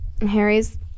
Harry's